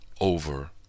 over